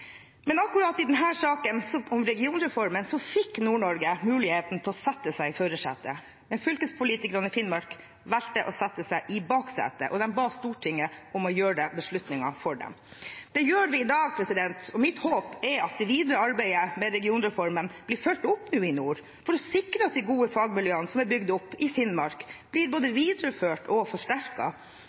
men fylkespolitikerne i Finnmark valgte å sette seg i baksetet: De ba Stortinget om å ta beslutningen for dem. Det gjør vi i dag, og mitt håp er at det videre arbeidet med regionreformen blir fulgt opp i nord, for å sikre at de gode fagmiljøene som er bygd opp i Finnmark, blir både videreført og